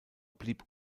blieb